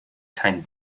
kein